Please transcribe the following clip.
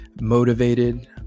motivated